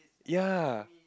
ya